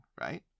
right